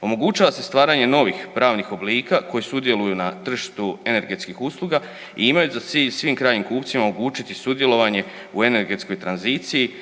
Omogućava se stvaranje novih pravnih oblika koji sudjeluju na tržištu energetskih usluga i imaju za cilj svim krajnjim kupcima omogućiti sudjelovanje u energetskoj tranziciji